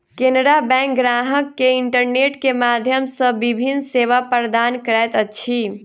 Canara bank ग्राहक के internet के माध्यम सॅ विभिन्न सेवा प्रदान करैत अछि